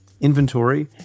inventory